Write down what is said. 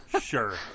sure